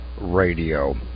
radio